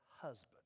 husband